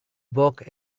book